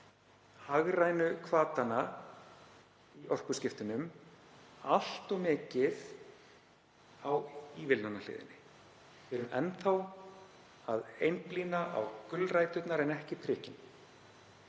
hagrænu hvatana í orkuskiptunum allt of mikið á ívilnanahliðinni. Við erum enn þá að einblína á gulræturnar en ekki prikin.